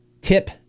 tip